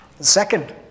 Second